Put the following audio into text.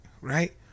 right